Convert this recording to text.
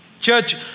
church